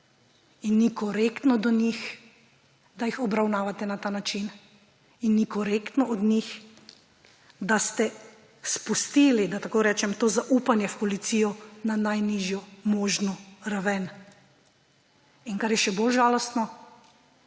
in ni korektno do njih, da jih obravnavate na ta način, in ni korektno do njih, da ste spustili, da tako rečem, to zaupanje v policijo na najnižjo možno raven. In kar je še bolj žalostno,